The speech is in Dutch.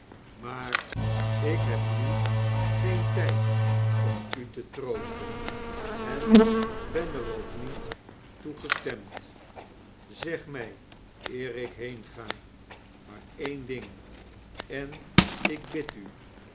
maar ik heb nu geen tijd om u te troosten en ben er ook niet toe gestemd zeg mij eer ik heenga maar e'en ding en ik bid u